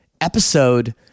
episode